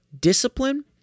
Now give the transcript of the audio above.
discipline